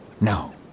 No